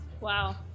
Wow